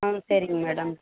ஆ சரிங்க மேடம்